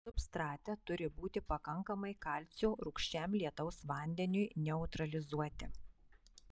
substrate turi būti pakankamai kalcio rūgščiam lietaus vandeniui neutralizuoti